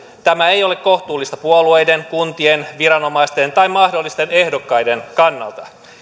tämä ei ole kohtuullista puolueiden kuntien viranomaisten tai mahdollisten ehdokkaiden kannalta